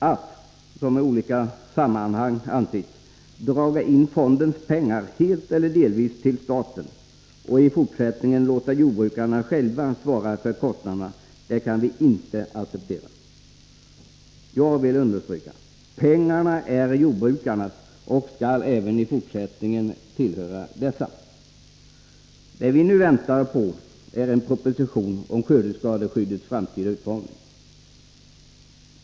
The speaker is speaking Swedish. Att, som i olika sammanhang antytts, dra in fondens pengar helt eller delvis till staten och i fortsättningen låta jordbrukarna själva svara för kostnaderna kan vi inte acceptera. Jag vill understryka: Pengarna är jordbrukarnas och skall även i fortsättningen tillhöra dem. Det vi nu väntar på är en proposition om skördeskadeskyddets framtida utformning.